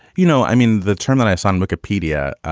you know, i mean, the terminus on wikipedia.